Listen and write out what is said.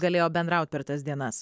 galėjo bendraut per tas dienas